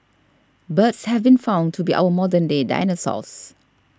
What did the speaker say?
birds have been found to be our modern day dinosaurs